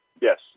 yes